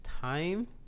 time